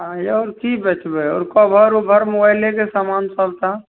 हँ आओर कि बेचबै आओर कवर उवर मोबाइलेके समान सब तऽ